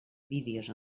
vídeos